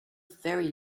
very